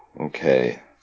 Okay